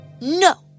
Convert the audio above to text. No